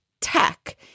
tech